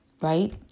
right